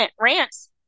rants